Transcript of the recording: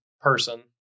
person